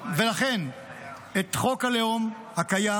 ולכן את חוק הלאום הקיים,